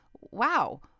Wow